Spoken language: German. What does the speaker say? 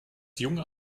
junge